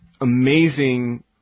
amazing